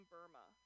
Burma